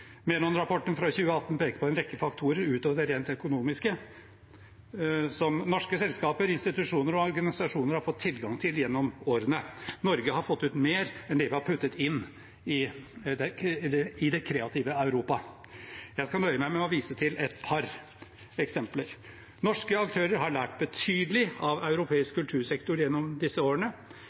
fra 2018 peker på en rekke faktorer utover det rent økonomiske som norske selskaper, institusjoner og organisasjoner har fått tilgang til gjennom årene. Norge har fått ut mer enn det vi har puttet inn i det kreative Europa. Jeg skal nøye meg med å vise til et par eksempler. Norske aktører har lært betydelig av europeisk kultursektor gjennom disse årene.